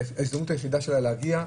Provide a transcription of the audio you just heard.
ההזדמנות היחידה שלה להגיע.